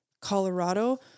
colorado